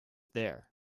there